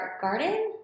garden